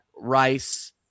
Rice